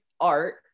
art